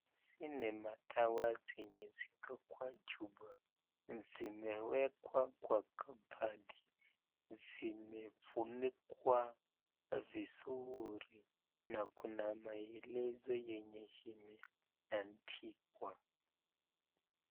Hizi ni madawa zenye ziko kwa chupa. Zimewekwa kwa kabati. Zimefunikwa vizuri na kuna maelezo yenye imeandikwa.